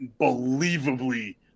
unbelievably